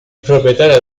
proprietaria